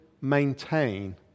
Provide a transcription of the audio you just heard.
maintain